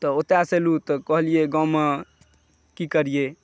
तऽ ओतऽ सँ अयलहुँ तऽ कहलिए गाममे की करिए